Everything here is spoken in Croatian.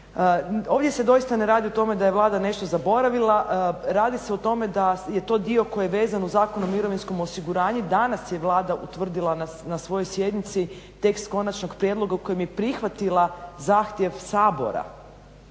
ovdje se doista ne radi o tome da je Vlada nešto zaboravila, radi se o tome da je to dio koji je vezan uz Zakon o mirovinskom osiguranju i danas je Vlada utvrdila na svojoj sjednici tekst konačnog prijedloga u kojem je prihvatila zahtjev Sabora